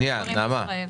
נעמה,